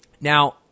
Now